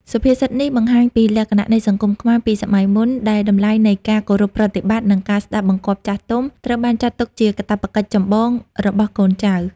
សុភាសិតនេះបង្ហាញពីលក្ខណៈនៃសង្គមខ្មែរពីសម័យមុន ដែលតម្លៃនៃការគោរពប្រតិបត្តិ និងការស្តាប់បង្គាប់ចាស់ទុំ ត្រូវបានចាត់ទុកជាកាតព្វកិច្ចចម្បងរបស់កូនចៅ។